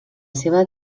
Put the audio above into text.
seva